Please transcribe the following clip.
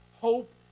hope